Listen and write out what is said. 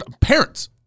Parents